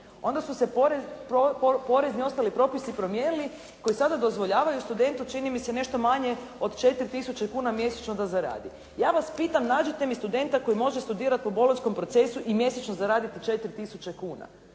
onda su se porezni i ostali propisi promijenili koji sada dozvoljavaju studentu čini mi se nešto manje od 4 tisuće kuna mjesečno da zaradi. Ja vas pitam nađite mi studenta koji može studirati po Bolonjskom procesu i mjesečno zaraditi 4 tisuće